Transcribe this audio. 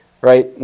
right